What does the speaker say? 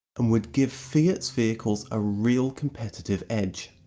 and would give fiat's vehicles a real competitive edge.